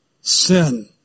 sin